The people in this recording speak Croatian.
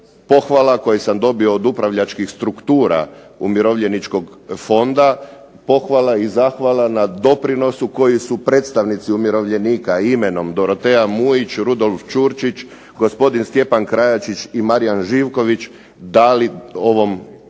pohvala koju sam dobio od upravljačkih struktura Umirovljeničkog fonda, pohvala i zahvala na doprinosu koji su predstavnici umirovljenika imenom Dorotea Mujić, Rudolf Čurčić, gospodin Stjepan Krajačić i Marijan Živković dali radu ovog